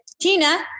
Tina